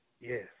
Yes